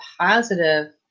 positive